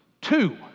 Two